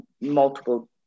multiple